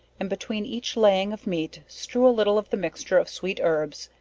and between each laying of meat strew a little of the mixture of sweet herbs,